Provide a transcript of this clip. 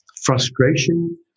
frustration